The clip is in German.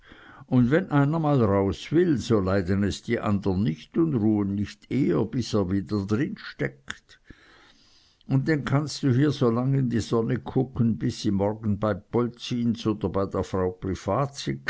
un wenn einer mal raus will so leiden es die andern nich und ruhen nich eher als bis er wieder drinsteckt un denn kannst du hier so lang in die sonne kucken bis sie morgens bei polzins oder bei der frau